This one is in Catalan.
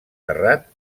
terrat